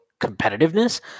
competitiveness